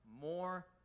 more